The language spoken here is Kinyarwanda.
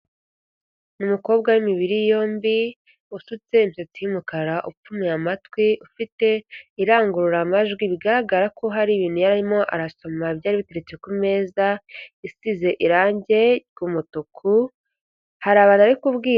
Umukobwa w'imibiri yombi usutse imisatsi y'umukara upfumiye amatwi ufite irangururamajwi, bigaragara ko hari ibintu yari arimo arasoma byari biteretse ku meza isize irange ry'umutuku, hari abantu ari kubwira.